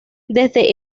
desde